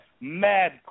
mad